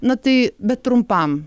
na tai bet trumpam